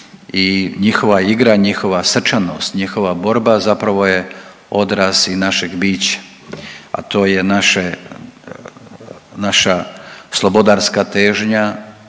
i njihova igra, njihova srčanost, njihova borba zapravo je obraz i našeg bića, a to je naše, naša slobodarska težnja